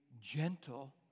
gentle